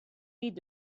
need